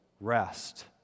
rest